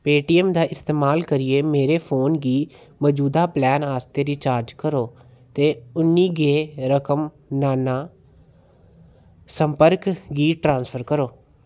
Paytm दा इस्तमाल करियै मेरे फोन गी मजूदा प्लान आस्तै रिचार्ज करो ते उ'न्नी गै रकम नाना संपर्क गी ट्रांसफर करो